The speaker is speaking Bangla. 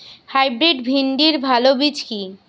হাইব্রিড ভিন্ডির ভালো বীজ কি?